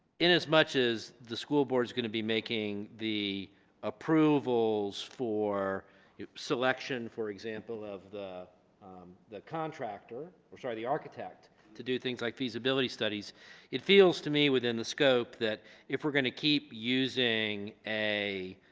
in as much as the school board is going to be making the approvals for selection for example of the the contractor or sorry the architect to do things like these ability studies it feels to me within the scope that if we're going to keep using a